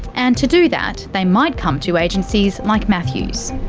and to do that, they might come to agencies like matthew's.